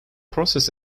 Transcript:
process